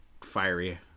fiery